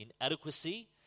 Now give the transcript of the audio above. inadequacy